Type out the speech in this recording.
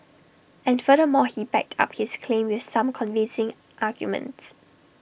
and furthermore he backed up his claim with some convincing arguments